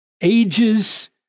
ages